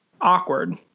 Awkward